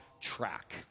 track